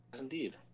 Indeed